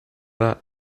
that